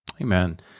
Amen